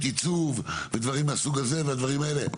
עיצוב ודברים מהסוג הזה והדברים האלה.